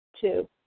Two